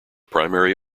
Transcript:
primary